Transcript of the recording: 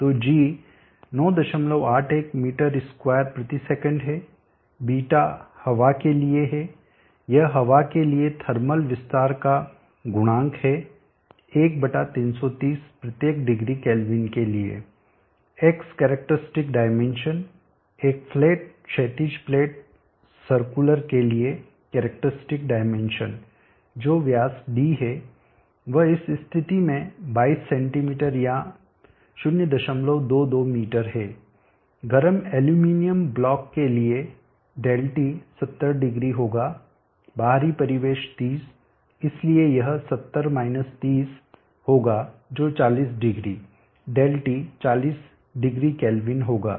तो g 981 m2s है β हवा के लिए यह हवा के लिए थर्मल विस्तार का गुणांक है 1330 प्रत्येक डिग्री केल्विन के लिए X कैरेक्टरिस्टिक डायमेंशन एक फ्लैट क्षैतिज प्लेट सर्कुलर के लिए कैरेक्टरिस्टिक डायमेंशन जो व्यास d है व इस स्थिति में 22 सेमी या 022 मीटर है गर्म एल्यूमीनियम ब्लॉक के लिए ΔT700 होगा बाहरी परिवेश 30 इसलिए यह 70 30 होगा जो 400 ΔT 400k होगा